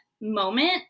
moment